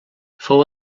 fou